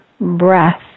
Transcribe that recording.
breath